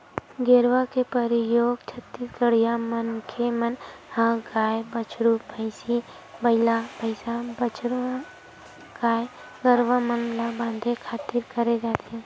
गेरवा के परियोग छत्तीसगढ़िया मनखे मन ह गाय, बछरू, भंइसी, बइला, भइसा, बछवा गाय गरुवा मन ल बांधे खातिर करे जाथे